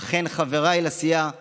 אכן, חבריי לסיעה מיומנים,